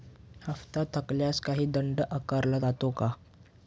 हप्ता थकल्यास काही दंड आकारला जातो का?